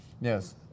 Yes